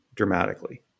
dramatically